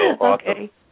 Okay